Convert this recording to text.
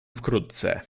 wkrótce